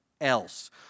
else